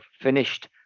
finished